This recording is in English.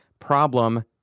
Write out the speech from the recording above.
problem